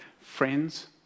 Friends